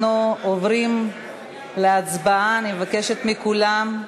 אנחנו עוברים להצבעה, אני מבקשת מכולם,